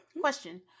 Question